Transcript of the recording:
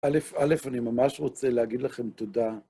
א', אני ממש רוצה להגיד לכם תודה.